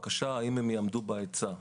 שאלה האם הן יעמדו בהיצע.